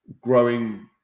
growing